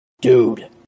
Dude